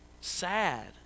sad